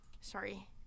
Sorry